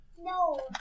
No